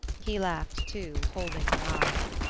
he laughed too, holding her eyes.